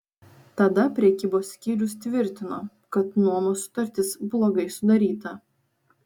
tada prekybos skyrius tvirtino kad nuomos sutartis blogai sudaryta